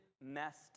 messed